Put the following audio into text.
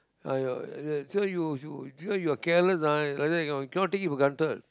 ah you are so you you you careless ah like that ah you cannot take it for granted